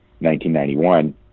1991